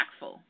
impactful